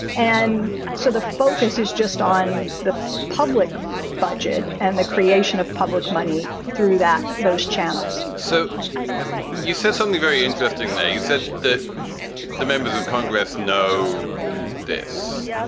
and so the focus is just on the public budget and the creation of public money through that those channels so you said something very interesting that you said that the members of congress know this,